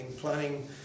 planning